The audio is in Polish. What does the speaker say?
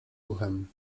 uchem